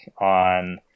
on